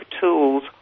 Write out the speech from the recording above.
tools